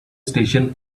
station